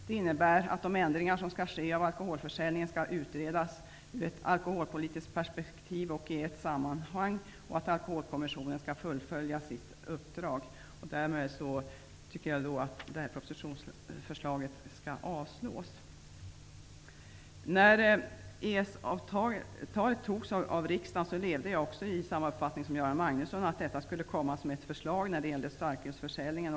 Det innebär att de ändringar som skall ske av alkoholförsäljningen skall utredas i ett sammanhang ur ett alkoholpolitiskt perspektiv och att Alkoholkommissionen skall fullfölja sitt uppdrag. Därmed tycker jag att propositionsförslaget skall avslås. När EES-avtalet antogs av riksdagen levde jag i samma föreställning som Göran Magnusson att det skulle komma ett förslag om starkölsförsäljningen.